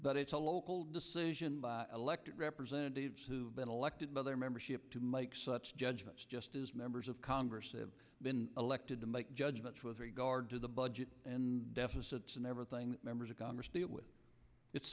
but it's a local decision by elected representatives who've been elected by their membership to make such judgments just as members of congress have been elected to make judgments with regard to the budget and deficit and everything that members of congress deal with it